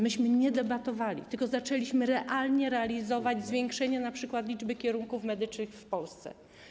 Myśmy nie debatowali, tylko zaczęliśmy realnie realizować zwiększenie np. liczby kierunków medycznych w Polsce.